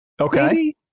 Okay